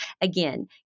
Again